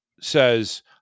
says